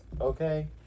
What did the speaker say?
okay